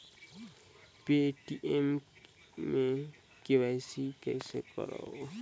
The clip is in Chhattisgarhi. पे.टी.एम मे के.वाई.सी कइसे करव?